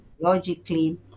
logically